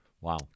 Wow